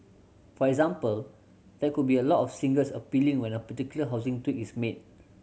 for example there could be a lot of singles appealing when a particular housing tweak is made